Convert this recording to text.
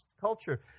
culture